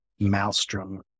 maelstrom